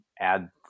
add